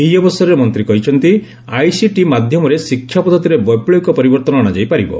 ଏହି ଅବସରରେ ମନ୍ତ୍ରୀ କହିଛନ୍ତି ଆଇସିଟି ମାଧ୍ୟମରେ ଶିକ୍ଷା ପଦ୍ଧତିରେ ବୈପୁବିକ ପରିବର୍ତ୍ତନ ଅଣାଯାଇ ପାରିବ